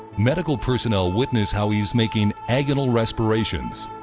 medical personnel witness how he's making agonal respirations,